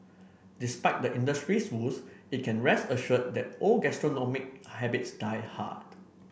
despite the industry's woes it can rest assured that old gastronomic habits die hard